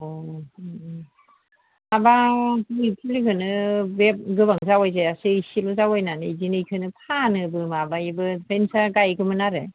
अह उम उम माबा गय फुलिखौनो बे गोबां जावै जायासै एसेल' जावैनानै बिदिनो बिखौनो फानोबो माबायोबो ओमफ्राय नोंस्रा गायगौमोन आरो